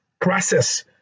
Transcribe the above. process